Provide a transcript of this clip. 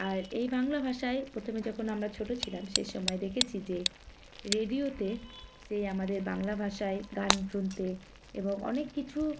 আর এই বাংলা ভাষায় প্রথমে যখন আমরা ছোটো ছিলাম সে সময় দেখেছি যে রেডিওতে সেই আমাদের বাংলা ভাষায় গান শুনতে এবং অনেক কিছু